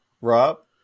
Rob